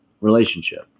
relationship